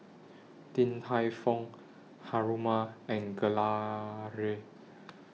Din Tai Fung Haruma and Gelare